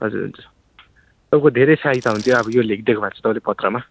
हजुर हजुर तपाईँको धेरै सहायता हुन्थ्यो अब यो लेखिदिएको भए चाहिँ त्यो पत्रमा